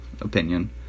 opinion